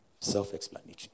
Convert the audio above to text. Self-explanatory